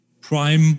Prime